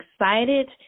excited